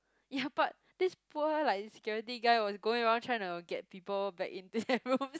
ya but this poor like security guy was going around tryna get people back into their rooms